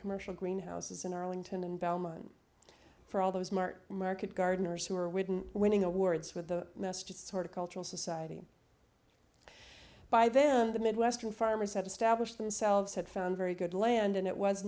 commercial greenhouses in arlington and belmont for all those mart market gardeners who were wooden winning awards with the mess just sort of cultural society by then the midwestern farmers had established themselves had found very good land and it was